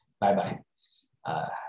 bye-bye